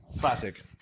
classic